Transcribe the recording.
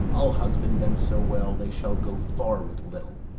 i'll husband them so well, they shall go far with little.